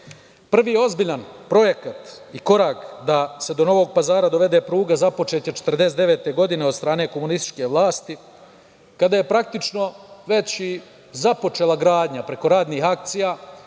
Gore. Prvi ozbiljan projekat i korak da se do Novog Pazara dovede pruga započet je 1949. godine od strane komunističke vlasti, kada je praktično već i započela gradnja preko radnih akcija.